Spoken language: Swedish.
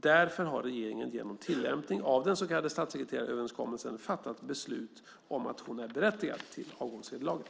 Därför har regeringen genom tillämpning av den så kallade statssekreteraröverenskommelsen fattat beslut om att hon är berättigad till avgångsvederlaget.